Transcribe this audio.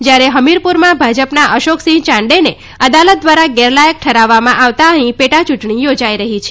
જ્યારે હમીરપુરમાં ભાજપના અશોકસિંહ ચાંડેની અદાલત દ્વારા ગેરલાયક ઠરાવવામાં આવતા અહીં પેટા ચૂંટણી યોજાઈ રહી છે